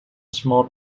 small